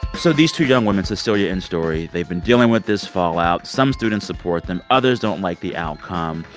so these two young women, cecilia and story they've been dealing with this fallout. some students support them. others don't like the outcome.